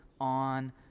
on